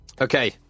Okay